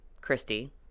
christy